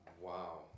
wow